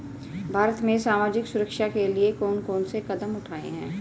भारत में सामाजिक सुरक्षा के लिए कौन कौन से कदम उठाये हैं?